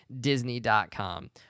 Disney.com